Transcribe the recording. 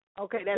Okay